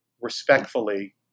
respectfully